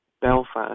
Belfast